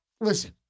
listen